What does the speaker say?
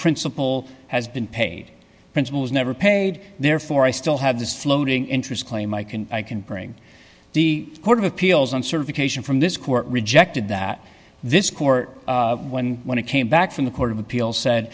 principle has been paid principal is never paid therefore i still have this floating interest claim i can i can bring the court of appeals on certification from this court rejected that this court when when it came back from the court of appeals said